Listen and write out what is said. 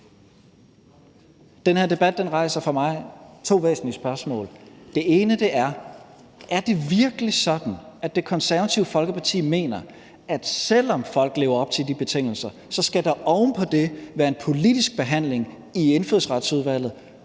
Den her debat rejser for mig to væsentlige problemstillinger. Det ene er spørgsmålet, om det virkelig er sådan, at Det Konservative Folkeparti mener, at selv om folk lever op til de betingelser, skal der oven på det være en politisk behandling i Indfødsretsudvalget,